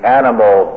animal